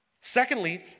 Secondly